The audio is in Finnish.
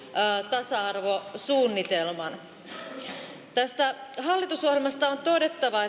tasa arvosuunnitelman tästä hallitusohjelmasta on todettava